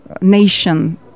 nation